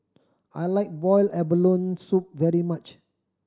I like boiled abalone soup very much